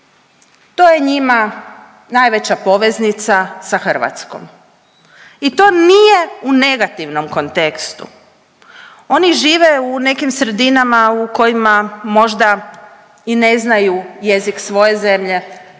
to je njima najveća poveznica sa Hrvatskom i to nije u negativnom kontekstu. Oni žive u nekim sredinama u kojima možda i ne znaju jezik svoje zemlje,